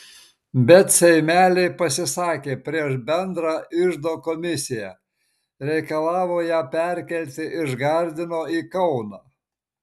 bet seimeliai pasisakė prieš bendrą iždo komisiją reikalavo ją perkelti iš gardino į kauną